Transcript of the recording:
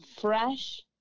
fresh